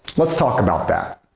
let's talk about that!